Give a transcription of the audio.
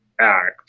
act